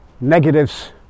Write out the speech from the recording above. negatives